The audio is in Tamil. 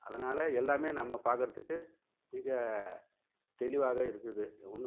அதனால எல்லாமே நம்ம பார்க்குறதுக்கு மிக தெளிவாக இருக்குது ஒன்றும்